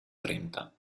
trenta